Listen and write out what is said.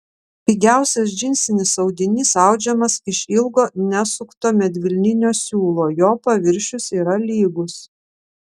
pigiausias džinsinis audinys audžiamas iš ilgo nesukto medvilninio siūlo jo paviršius yra lygus